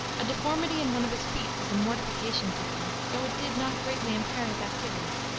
a deformity in one of his feet was a mortification to him, though it did not greatly impair his activity,